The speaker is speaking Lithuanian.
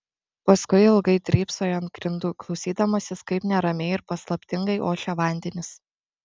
paskui ilgai drybsojo ant grindų klausydamasis kaip neramiai ir paslaptingai ošia vandenys